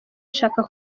nshaka